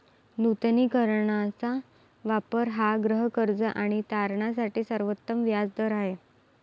नूतनीकरणाचा वापर हा गृहकर्ज आणि तारणासाठी सर्वोत्तम व्याज दर आहे